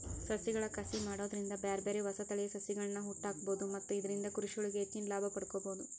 ಸಸಿಗಳ ಕಸಿ ಮಾಡೋದ್ರಿಂದ ಬ್ಯಾರ್ಬ್ಯಾರೇ ಹೊಸ ತಳಿಯ ಸಸಿಗಳ್ಳನ ಹುಟ್ಟಾಕ್ಬೋದು ಮತ್ತ ಇದ್ರಿಂದ ಕೃಷಿಯೊಳಗ ಹೆಚ್ಚಿನ ಲಾಭ ಪಡ್ಕೋಬೋದು